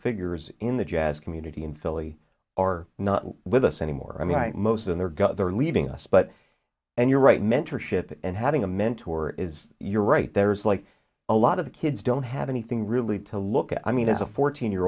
figures in the jazz community in philly are not with us anymore i mean most in their gut they're leading us but and you're right mentorship and having a mentor is you're right there is like a lot of the kids don't have anything really to look at i mean it's a fourteen year